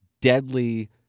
deadly